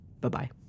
Bye-bye